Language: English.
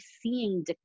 seeing